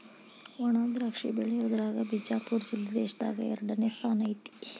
ವಣಾದ್ರಾಕ್ಷಿ ಬೆಳಿಯುದ್ರಾಗ ಬಿಜಾಪುರ ಜಿಲ್ಲೆ ದೇಶದಾಗ ಎರಡನೇ ಸ್ಥಾನ ಐತಿ